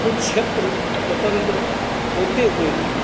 कुछ क्षेत्र स्वतंत्र होते हुए भी